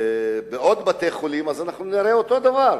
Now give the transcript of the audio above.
בעוד בתי-חולים נראה את אותו הדבר.